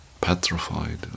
petrified